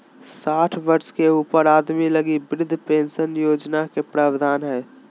साठ वर्ष के ऊपर आदमी लगी वृद्ध पेंशन के प्रवधान हइ